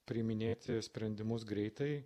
priiminėti sprendimus greitai